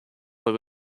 but